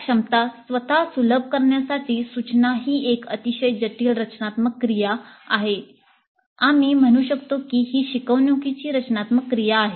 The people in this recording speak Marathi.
या क्षमता स्वतः सुलभ करण्यासाठी सुचना ही एक अतिशय जटिल रचनात्मक क्रिया आहे आम्ही म्हणू शकतो की ही शिकवणुकीची रचनात्मक क्रिया आहे